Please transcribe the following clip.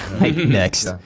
Next